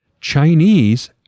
Chinese